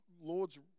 Lord's